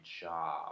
job